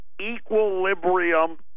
equilibrium